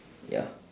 ya